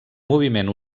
moviment